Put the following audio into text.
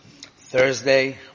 Thursday